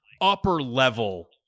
upper-level